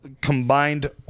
combined